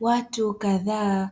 Watu kadhaa